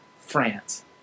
France